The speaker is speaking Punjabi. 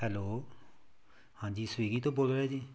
ਹੈਲੋ ਹਾਂਜੀ ਸਵਿਗੀ ਤੋਂ ਬੋਲ ਰਹੇ ਜੀ